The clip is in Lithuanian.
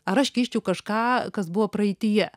ar aš keisčiau kažką kas buvo praeityje